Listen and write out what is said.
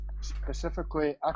specifically